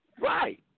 Right